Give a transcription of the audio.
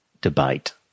debate